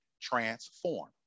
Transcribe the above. transform